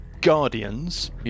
guardians